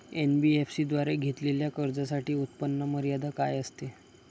NBFC द्वारे घेतलेल्या कर्जासाठी उत्पन्न मर्यादा काय असते?